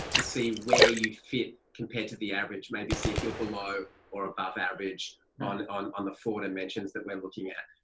to see where you fit compared to the average. maybe see if you're below or above average on on the four dimensions that we're looking at.